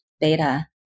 beta